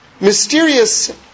mysterious